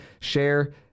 share